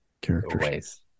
characters